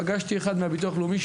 פגשתי אחד מהביטוח הלאומי,